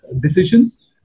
decisions